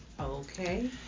Okay